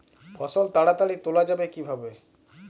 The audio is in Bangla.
ফসল তাড়াতাড়ি তোলা যাবে কিভাবে?